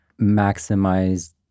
maximize